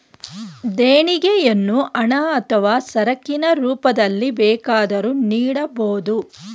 ದೇಣಿಗೆಯನ್ನು ಹಣ ಅಥವಾ ಸರಕಿನ ರೂಪದಲ್ಲಿ ಬೇಕಾದರೂ ನೀಡಬೋದು